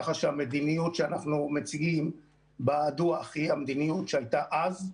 ככה שהמדיניות שאנחנו מציגים בדוח היא המדיניות שהייתה אז.